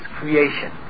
creation